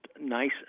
nice